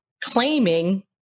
claiming